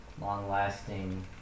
long-lasting